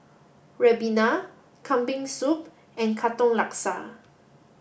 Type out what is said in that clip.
Ribena Kambing Soup and Katong Laksa